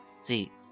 See